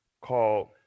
called